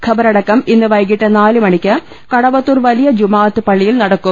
ഖബറടക്കം ഇന്ന് വൈകിട്ട് നാല് മണിക്ക് കടവത്തൂർ വലിയ ജുമാഅത്ത് പള്ളിയിൽ നടക്കും